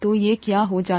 तो ये क्या हो जाता